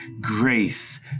Grace